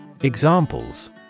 Examples